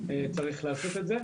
צריך לעשות את זה.